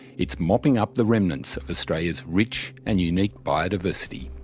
it's mopping up the remnants of australia's rich and unique biodiversity.